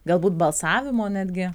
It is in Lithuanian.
galbūt balsavimo netgi